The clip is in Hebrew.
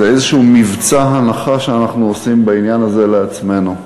היא איזשהו מבצע הנחה שאנחנו עושים בעניין הזה לעצמנו.